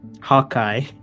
Hawkeye